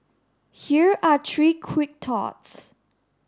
here are three quick thoughts